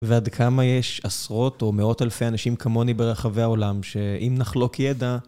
ועד כמה יש עשרות או מאות אלפי אנשים כמוני ברחבי העולם, שאם נחלוק ידע...